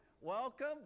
welcome